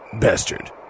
Bastard